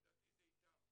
לדעתי זה ייטב.